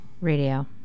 Radio